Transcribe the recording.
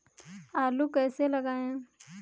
आलू कैसे लगाएँ?